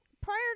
prior